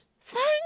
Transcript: Thank